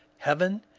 heaven?